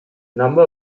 number